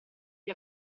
gli